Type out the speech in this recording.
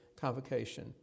convocation